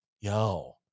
yo